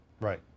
Right